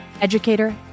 educator